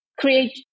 create